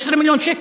16 מיליון שקל.